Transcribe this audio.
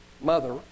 mother